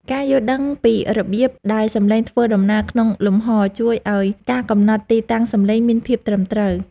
ការយល់ដឹងពីរបៀបដែលសំឡេងធ្វើដំណើរក្នុងលំហជួយឱ្យការកំណត់ទីតាំងសំឡេងមានភាពត្រឹមត្រូវ។